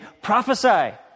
Prophesy